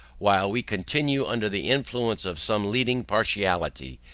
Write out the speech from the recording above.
while we continue under the influence of some leading partiality,